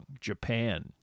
Japan